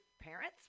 parents